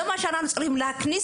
זה מה שאנחנו צריכים להכניס